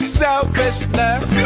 selfishness